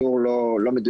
התיאור לא מדויק.